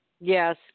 Yes